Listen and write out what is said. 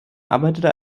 arbeitete